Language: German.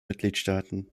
mitgliedstaaten